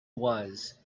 was